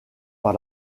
par